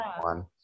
one